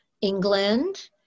England